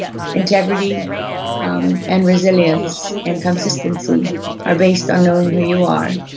integrity um and resilience and consistency are based on knowing who you are,